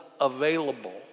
available